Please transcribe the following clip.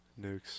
Nukes